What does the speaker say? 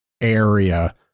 area